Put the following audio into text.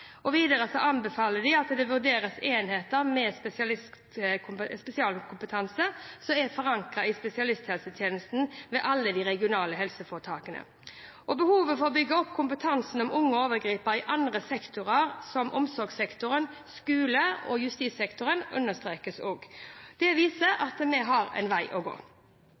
anbefaler de at det vurderes enheter med spesialkompetanse som er forankret i spesialisthelsetjenesten ved alle de regionale helseforetakene. Behovet for å bygge opp kompetansen om unge overgripere i andre sektorer, som omsorgssektoren, skolen og justissektoren, understrekes også. Dette viser at vi har en vei å gå.